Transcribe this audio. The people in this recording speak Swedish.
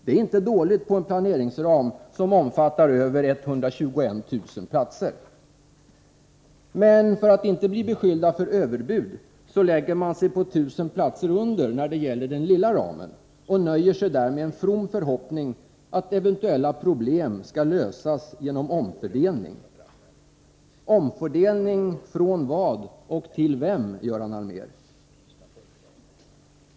Det är inte dåligt på en planeringsram som omfattar över 121 000 platser! Men för att inte bli beskylld för överbud lägger man sig på 1 000 platser färre när det gäller den lilla ramen och nöjer sig där med en from förhoppning att eventuella problem skall lösas genom omfördelning. Omfördelning från vad och till vem, Göran Allmér?